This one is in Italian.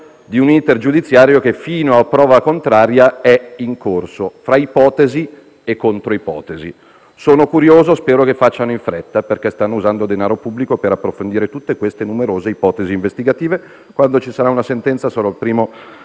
di un *iter* giudiziario che, fino a prova contraria, è in corso tra ipotesi e controipotesi. Sono curioso e spero che facciano in fretta, perché stanno usando denaro pubblico per approfondire tutte queste numerose ipotesi investigative. Quando ci sarà una sentenza, sarò il primo